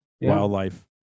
wildlife